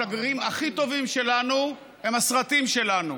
השגרירים הכי טובים שלנו הם הסרטים שלנו,